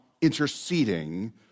interceding